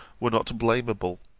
were not blamable.